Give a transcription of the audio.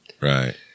Right